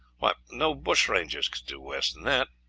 why, no bushrangers could do worse than that.